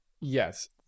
Yes